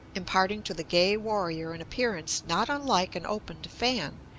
imparting to the gay warrior an appearance not unlike an opened fan,